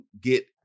get